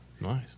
Nice